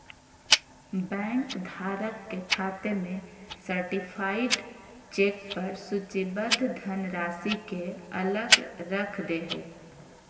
bank धारक के खाते में सर्टीफाइड चेक पर सूचीबद्ध धनराशि के अलग रख दे हइ